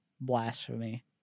blasphemy